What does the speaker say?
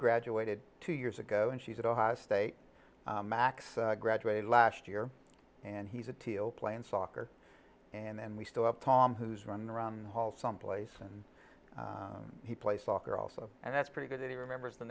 graduated two years ago and she's at ohio state max graduated last year and he's a teal playing soccer and we still have tom who's running around the hall someplace and he plays soccer also and that's pretty good that he remembers the